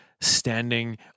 standing